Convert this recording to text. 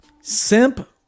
Simp